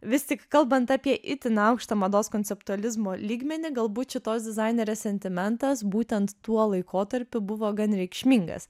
vis tik kalbant apie itin aukštą mados konceptualizmo lygmenį galbūt šitos dizainerės sentimentas būtent tuo laikotarpiu buvo gan reikšmingas